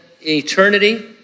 eternity